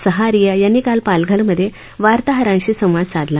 सहारिया यांनी काल पालघरमधे वार्ताहरांशी संवाद साधला